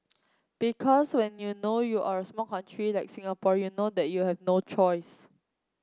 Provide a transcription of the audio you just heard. because when you know you are a small country like Singapore you know that you have no choice